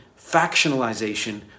factionalization